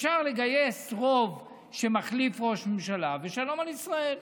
אפשר לגייס רוב שמחליף ראש ממשלה, ושלום על ישראל.